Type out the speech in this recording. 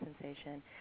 sensation